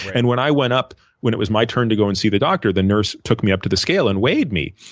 and when i went up when it was my turn to go and see the doctor, the nurse took me up to the scale and weighed me.